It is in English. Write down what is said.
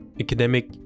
academic